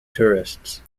tourists